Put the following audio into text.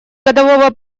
годового